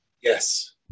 Yes